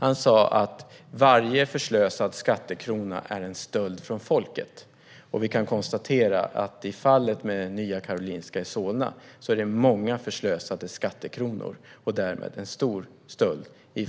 Han sa: Varje förslösad skattekrona är en stöld från folket. Vi kan konstatera att i fallet med Nya Karolinska Solna är det många förslösade skattekronor och därmed en stor stöld